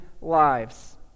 lives